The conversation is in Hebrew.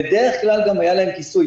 בדרך כלל, גם היה להם כיסוי.